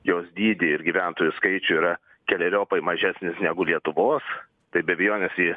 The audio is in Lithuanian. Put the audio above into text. jos dydį ir gyventojų skaičių yra keleriopai mažesnis negu lietuvos tai be abejonės ji